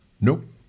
Nope